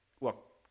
Look